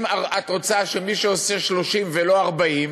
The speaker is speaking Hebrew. אם את רוצה שמי שעושה 30 ולא 40,